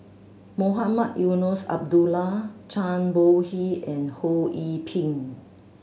Mohamed Eunos Abdullah Zhang Bohe and Ho Yee Ping